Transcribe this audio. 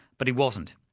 but he wasn't.